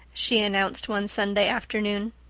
she announced one sunday afternoon.